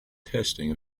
testing